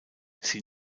sie